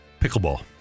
Pickleball